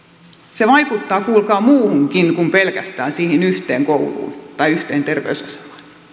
se vaikuttaa kuulkaa muuhunkin kuin pelkästään siihen yhteen kouluun tai yhteen terveysasemaan